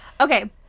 Okay